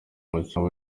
umukinyi